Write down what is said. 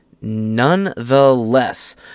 Nonetheless